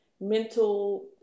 mental